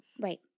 Right